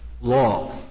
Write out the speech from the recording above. law